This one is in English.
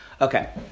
Okay